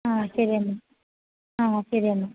ആ ശരി എന്നാല് ആ ശരി എന്നാല്